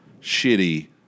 shitty